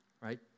right